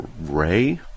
Ray